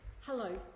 Hello